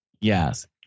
Yes